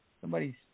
Somebody's